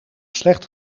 slecht